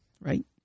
Right